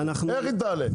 איך היא תעלה?